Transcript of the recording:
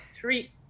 three